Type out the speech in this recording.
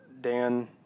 Dan